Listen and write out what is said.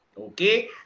Okay